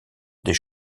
des